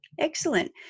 Excellent